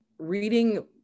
reading